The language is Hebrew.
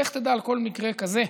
לך תדע אחרי כל מקרה כזה,